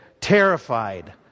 terrified